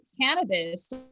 cannabis